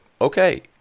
okay